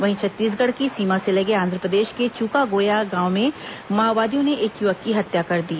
वहीं छत्तीसगढ़ की सीमा से लगे आंध्रप्रदेश के चुकागोया गांव में माओवादियों ने एक युवक की हत्या कर दी